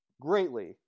greatly